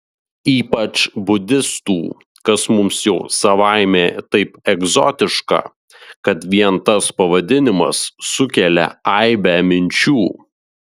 ypač budistų kas mums jau savaime taip egzotiška kad vien tas pavadinimas sukelia aibę minčių